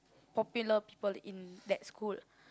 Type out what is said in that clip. popular people in that school